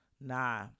nah